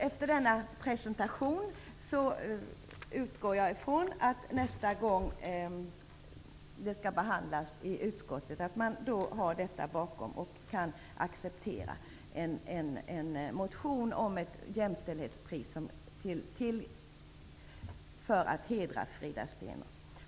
Efter denna presentation utgår jag ifrån att nästa gång frågan skall behandlas i utskottet kan man acceptera en motion om ett jämställdhetspris för att hedra Frida Steenhoff.